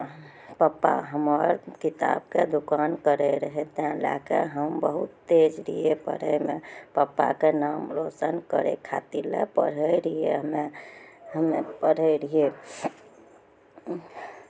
पप्पा हमर किताबके दोकान करै रहै तैँ लए कऽ हम बहुत तेज रहियै पढ़ैमे पप्पाके नाम रोशन करै खातिर लए पढ़ै रहियै हमे हमे पढ़ै रहियै